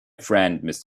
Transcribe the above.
friend